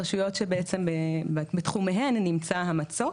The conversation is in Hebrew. הרשויות שבעצם בתחומיהן נמצא המצוק,